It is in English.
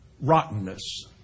rottenness